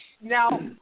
Now